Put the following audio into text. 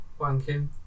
Wanking